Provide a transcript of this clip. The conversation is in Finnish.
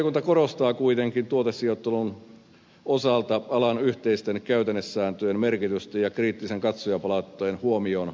valiokunta korostaa kuitenkin tuotesijoittelun osalta alan yhteisten käytännesääntöjen merkitystä ja kriittisen katsojapalautteen huomioon ottamista